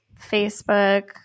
Facebook